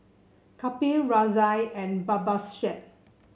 Kapil Razia and Babasaheb